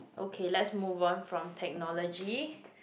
okay let's move on from technology